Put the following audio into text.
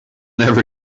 never